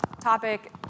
topic